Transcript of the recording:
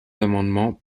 amendements